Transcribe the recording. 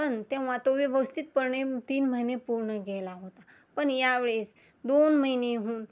पण तेव्हा तो व्यवस्थितपणे तीन महिने पूर्ण गेला होता पण यावेळेस दोन महिने होऊन